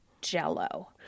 jello